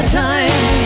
time